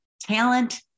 talent